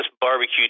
barbecue